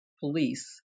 police